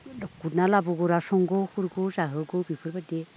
गुरना लाबोगोरा संगु खुरगु जाहोगु बेफोरबायदि